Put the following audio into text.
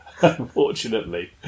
unfortunately